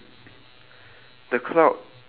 where else could there be where there's a difference